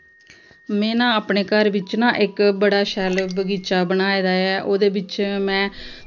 में ना अपने घर बिच्च ना इक बड़ा शैल बगीचा बनाए दा ऐ ओह्दे बिच्च मैं धनिया